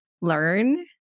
learn